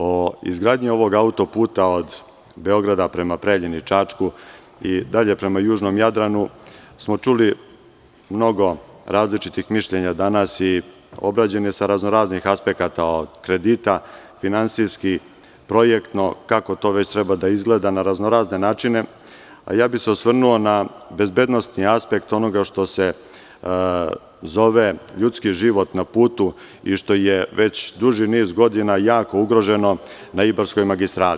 O izgradnji ovoga autoputa od Beograda prema Preljinu i Čačku i dalje prema južnom Jadranu smo čuli mnogo različitih mišljenja danas i obrađen je sa raznoraznih aspekata od kredita, finansijski, projektno kako to već treba da izgleda na raznorazne načine, a ja bih se osvrnuo bezbednosni aspekt onoga što se zove ljudski život na putu i što je već duži niz godina jako ugroženo na Ibarskoj magistrali.